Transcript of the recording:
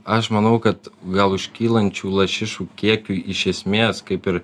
aš manau kad gal užkylančių lašišų kiekiui iš esmės kaip ir